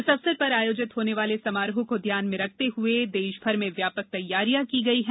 इस अवसर पर आयोजित होने वाले समारोह को ध्यान में रखते हुए देश भर में व्यापक तैयारियां की गई है